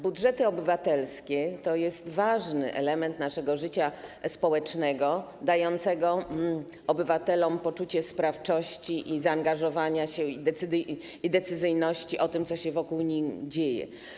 Budżety obywatelskie to jest ważny element naszego życia społecznego, dający obywatelom poczucie sprawczości, zaangażowania się i decyzyjności o tym, co się wokół nich dzieje.